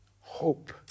hope